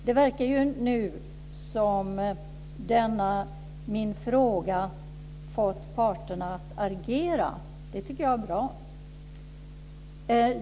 Det verkar nu som om denna min fråga fått parterna att agera. Det tycker jag är bra.